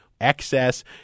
excess